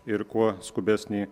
ir kuo skubesnį